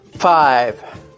Five